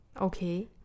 Okay